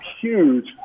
huge